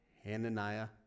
Hananiah